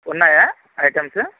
ఉన్నాయా ఐటమ్సు